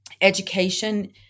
education